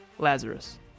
Lazarus